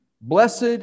Blessed